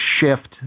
shift